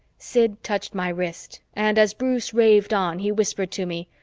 sid touched my wrist and, as bruce raved on, he whispered to me,